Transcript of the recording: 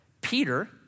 Peter